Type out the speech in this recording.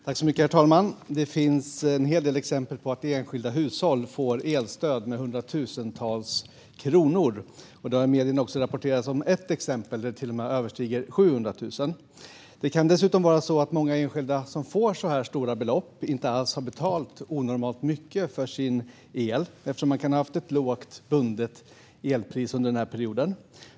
Herr talman! Det finns en hel del exempel på att enskilda hushåll får hundratusentals kronor i elstöd, och det har i medierna rapporterats om ett exempel där stödet överstiger 700 000 kronor. Det kan dessutom vara så att många enskilda som får så här stora belopp inte alls har betalat onormalt mycket för sin el, eftersom man kan ha haft ett lågt, bundet elpris under perioden.